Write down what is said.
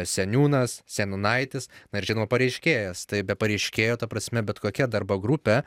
seniūnas seniūnaitis na ir žinoma pareiškėjas tai be pareiškėjo ta prasme bet kokia darbo grupė